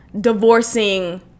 divorcing